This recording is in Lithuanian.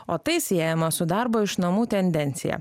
o tai siejama su darbo iš namų tendencija